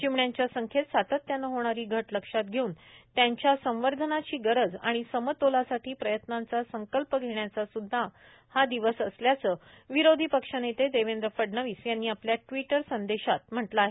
चिमण्याच्या संख्येत सातत्यानं होणारी घट लक्षात घेऊन त्यांच्या संवर्धनाची गरज आणि समतोलासाठी प्रयत्नांचा संकल्प घेण्याचा स्द्धा दिवस असल्याचे विरोधी पक्षनेते देवेंद्र फडणवीस यांनी आपल्या ट्वीटर संदेशात म्हणाले आहे